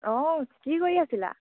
অঁ কি কৰি আছিলা